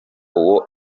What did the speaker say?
uwo